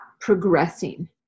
progressing